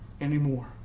anymore